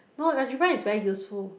not algebra is very useful